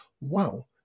wow